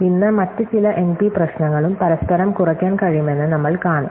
ഇന്ന് മറ്റ് ചില എൻപി പ്രശ്നങ്ങളും പരസ്പരം കുറയ്ക്കാൻ കഴിയുമെന്ന് നമ്മൾ കാണും